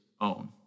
own